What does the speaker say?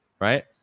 right